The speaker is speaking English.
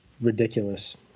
ridiculous